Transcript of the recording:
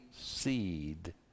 seed